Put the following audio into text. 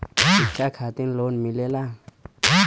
शिक्षा खातिन लोन मिलेला?